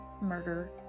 murder